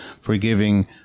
forgiving